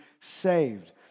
saved